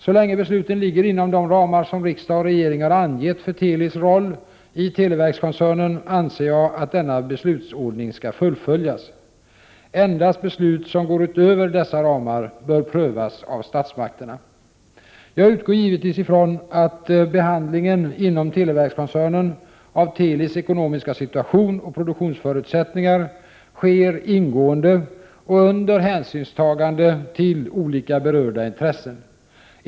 Så länge besluten ligger inom de ramar som riksdag och regering har angett för Telis roll i televerkskoncernen anser jag att denna beslutsordning skall följas. Endast beslut som går utöver dessa ramar bör prövas av statsmakterna. Jag utgår givetvis från att behandlingen inom televerkskoncernen av Telis ekonomiska situation och produktionsförutsättningar sker ingående och under hänsynstagande till olika berörda intressen.